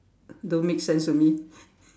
don't make sense to me